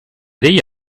degli